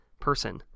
person